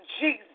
Jesus